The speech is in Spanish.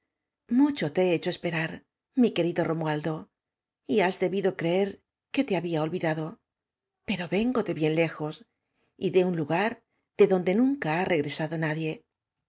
mucho te he hecho esperar mi querido ro mualdo y has debido creer que te había olvida do pero vengo de bien lejos y de un lugar de donde nunca ha regresado nadie